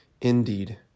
indeed